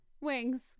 Wings